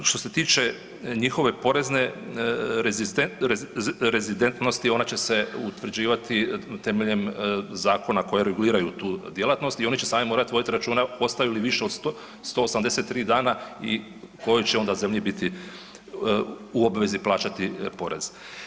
Što se tiče njihove porezne rezidentnosti ona će se utvrđivati temeljem zakona koji reguliraju tu djelatnost i oni će sami morati voditi računa ostaju li više od 183 dana i kojoj će onda zemlji biti u obvezi plaćati porez.